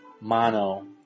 Mono